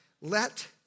let